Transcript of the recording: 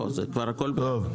טוב.